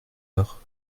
heures